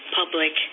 public